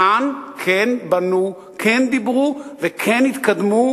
כאן כן בנו, כן דיברו וכן התקדמו,